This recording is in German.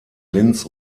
linz